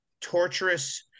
torturous